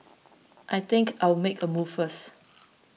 I think I'll make a move first